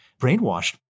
brainwashed